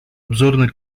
обзорной